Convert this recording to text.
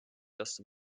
just